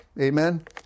Amen